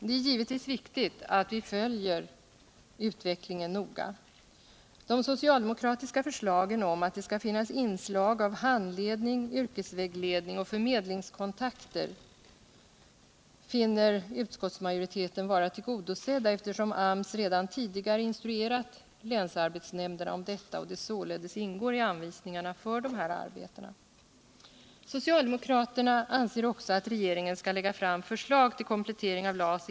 Det är givetvis viktigt att vi följer utvecklingen noga. De socialdemokratiska förslagen om att det skall finnas inslag av handledning, yrkesvägledning och förmedlingskontakter finner utskottsmajoriteten vara tillgodosedda, eftersom AMS redan tidigare instruerat länsarbetsnämnderna om detta och det således ingår i anvisningarna för dessa arbeten.